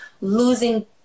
losing